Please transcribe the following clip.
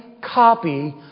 copy